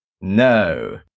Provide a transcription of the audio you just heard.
No